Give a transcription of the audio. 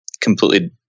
completely